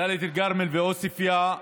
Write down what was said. דאלית אל-כרמל ועוספיא,